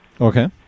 Okay